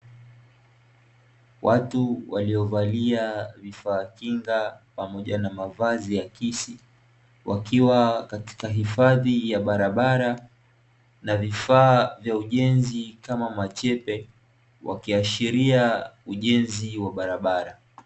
Watu waliovalia vifaa kinga pamoja na mavazi akisi, wakiwa katika hifadhi ya barabara na vifaa vya ujenzi kama machepe wakiashiria ujenzi wa barabara.